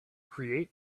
create